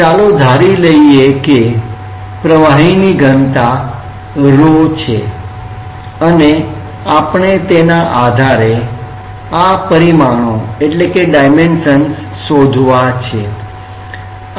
ચાલો ધારી લઈએ કે પ્રવાહીની ઘનતા 'રો' rho ρ છે અને આપણે તેના આધારે આ પરિમાણો શોધવા છે